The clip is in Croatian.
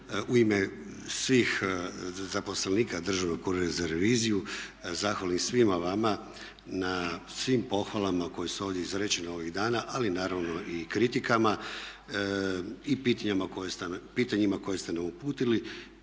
u ime svih zaposlenika Državnog ureda za reviziju zahvalim svima vama na svim pohvalama koje su ovdje izrečene ovih dana ali naravno i kritikama i pitanjima koje ste nam uputili